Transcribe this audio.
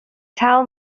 tell